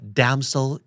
damsel